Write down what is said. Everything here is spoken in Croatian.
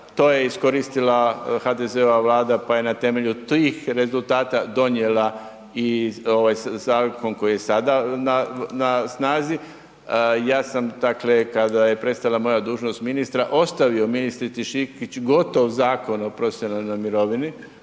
to je iskoristila HDZ-ova Vlada pa je na temelju tih rezultata donijela i ovaj zakon koji je sada na snazi. Ja sam, dakle kada je prestala moja dužnost ministra ostavio ministrici Šikić gotov Zakon o profesionalnoj mirovini